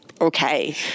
okay